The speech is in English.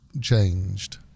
changed